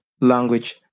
language